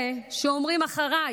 כאלה שאומרים "אחריי",